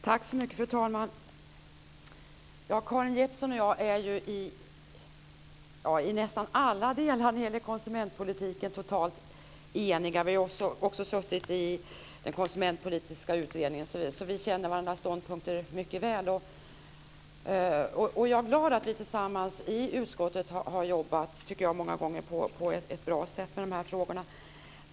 Fru talman! Karin Jeppsson och jag är eniga i nästan alla delar när det gäller konsumentpolitiken. Vi har också suttit i den konsumentpolitiska utredningen, så vi känner varandras ståndpunkter mycket väl. Jag är glad att vi många gånger har jobbat tillsammans i utskottet på ett bra sätt med de frågorna.